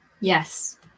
Yes